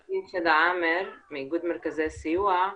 עורכת דין שדא עאמר מאיגוד מרכזי הסיוע.